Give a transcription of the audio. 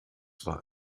war